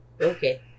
Okay